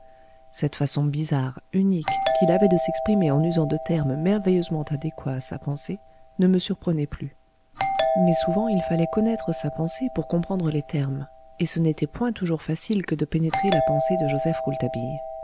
cette façon bizarre unique qu'il avait de s'exprimer en usant de termes merveilleusement adéquats à sa pensée ne me surprenait plus mais souvent il fallait connaître sa pensée pour comprendre les termes et ce n'était point toujours facile que de pénétrer la pensée de joseph